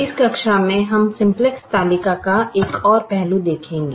इस कक्षा में हम सिम्प्लेक्स तालिका के एक और पहलू को देखेंगे